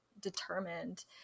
determined